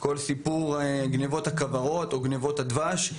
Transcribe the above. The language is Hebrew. כל סיפור גניבות הכוורות וגניבות הדבש.